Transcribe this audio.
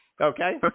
Okay